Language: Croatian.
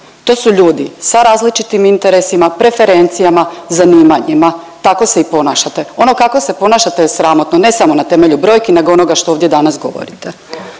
to su ljudi sa različitim interesima, preferencijama, zanimanjima, tako se i ponašate. Ono kako se ponašate je sramotno, ne samo na temelju brojki nego onoga što ovdje danas govorite.